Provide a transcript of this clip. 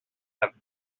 have